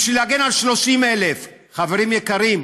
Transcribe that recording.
בשביל להגן על 30,000. חברים יקרים,